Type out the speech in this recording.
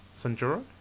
Sanjuro